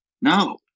No